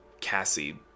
Cassie